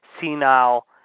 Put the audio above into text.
senile